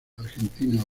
argentina